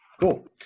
Cool